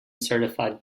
certified